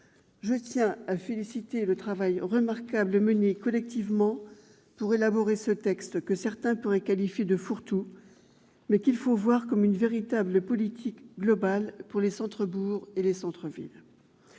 Je tiens à féliciter le travail remarquable mené collectivement pour élaborer ce texte, que certains pourraient qualifier de « fourre-tout », mais qu'il faut voir comme une véritable politique globale pour les centres-bourgs et les centres-villes.